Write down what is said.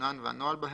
זימונן והנוהל בהן,